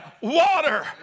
water